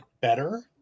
better